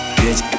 bitch